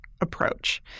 approach